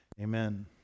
Amen